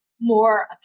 more